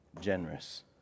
generous